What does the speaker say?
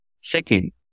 Second